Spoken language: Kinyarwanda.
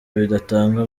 bidatanga